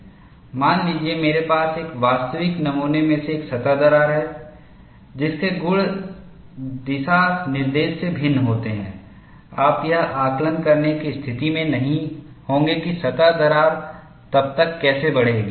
मान लीजिए मेरे पास एक वास्तविक नमूने में एक सतह दरार है जिसके गुण दिशा निर्देश से भिन्न होते हैं आप यह आकलन करने की स्थिति में नहीं होंगे कि सतह दरार तब तक कैसे बढ़ेगी